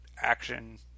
action